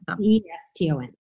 E-S-T-O-N